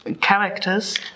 characters